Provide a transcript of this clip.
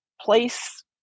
place